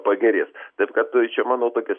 pagerės taip kad čia mano tokia